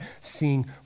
seeing